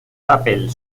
papel